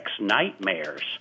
Nightmares